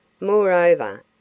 Moreover